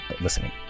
listening